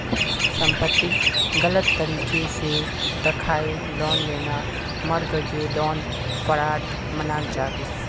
संपत्तिक गलत तरीके से दखाएँ लोन लेना मर्गागे लोन फ्रॉड मनाल जाबे